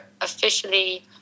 officially